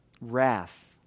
wrath